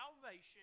salvation